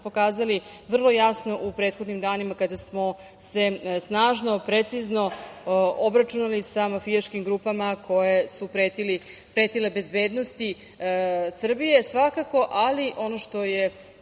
pokazali vrlo jasno u prethodnim danima kada smo se snažno, precizno obračunali sa mafijaškim grupama koje su pretile bezbednosti Srbije. Ono što je